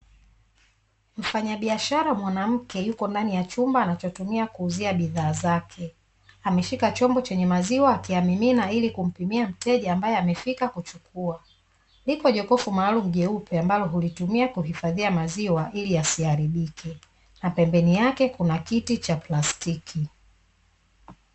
Mfanyabiashara mwanamke, yuko ndani ya chumba anachotumia kuuzia bidhaa zake. Ameshika chombo chenye maziwa, akiyamimina ili kumpimia mteja ambaye amefika kuchukua. Liko jokofu maalumu jeupe ambalo hulitumia kuhifadhia maziwa ili yasiharibike na pembeni yake kuna kiti cha plastiki.